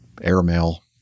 airmail